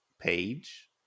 page